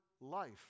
life